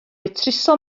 betruso